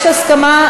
יש הסכמה?